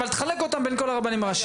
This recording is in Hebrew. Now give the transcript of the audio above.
אבל תחלק אותם בין כל הרבנים הראשיים.